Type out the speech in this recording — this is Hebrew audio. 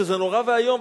שזה נורא ואיום,